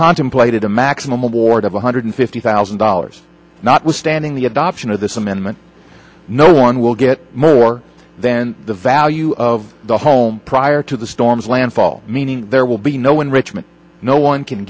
contemplated a maximum award of one hundred fifty thousand dollars notwithstanding the adoption of this amendment no one will get more than the value of the home prior to the storm's landfall meaning there will be no enrichment no one can